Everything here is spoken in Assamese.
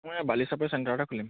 মই বালি চাপৰি চেণ্টাৰতে খুলিম